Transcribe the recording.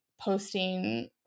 posting